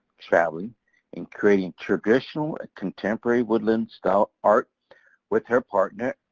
traveling and creating traditional, contemporary woodland style art with her partner,